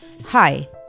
Hi